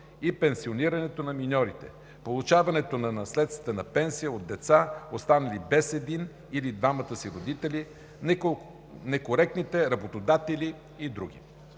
и пенсионирането на миньорите, получаването на наследствена пенсия от деца, останали без един или двамата си родители, некоректните работодатели и други.